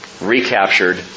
recaptured